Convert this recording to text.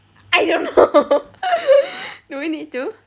I don't know do we need to